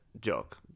joke